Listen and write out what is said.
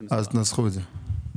אז תנסחו את זה תודה,